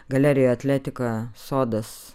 galerijoje atletika sodas